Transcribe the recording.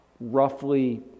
roughly